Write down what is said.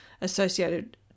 associated